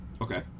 Okay